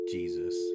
Jesus